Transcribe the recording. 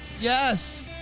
Yes